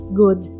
good